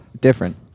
different